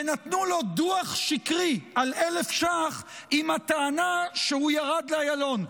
ונתנו לו דוח שקרי על 1,000 ש"ח עם הטענה שהוא ירד לאיילון.